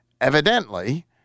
evidently